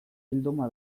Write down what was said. bilduma